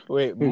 Wait